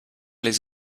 les